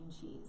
cheese